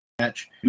match